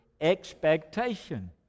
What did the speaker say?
expectation